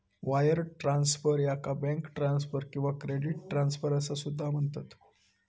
wire transfer, याका bank transfer किंवा credit transfer असा सुद्धा म्हणतत